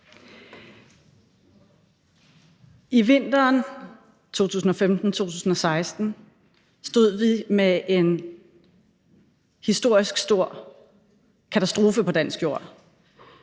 I vinteren 2015-16 stod vi med en historisk stor katastrofe på dansk jord.